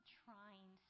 trying